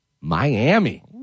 Miami